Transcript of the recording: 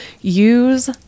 use